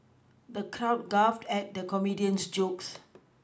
the crowd guffawed at the comedian's jokes